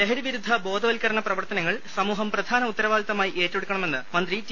ലഹരി വിരുദ്ധ ബോധവൽക്കരണ പ്രവർത്തനങ്ങൾ സമൂഹം പ്രധാന ഉത്തരവാദിത്വമായി ഏറ്റെടുക്കണമെന്ന് മന്ത്രി ടി